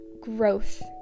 growth